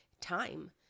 time